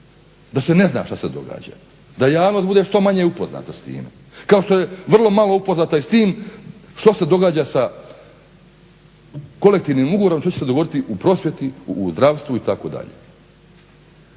da se ne zna što se događa, da javnost bude što manje upoznata s time, kao što je vrlo malo upoznata i s tim što se događa s kolektivnim ugovorom, što će se dogoditi u prosvjeti u zdravstvu itd.